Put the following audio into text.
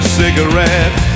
cigarette